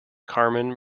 carmen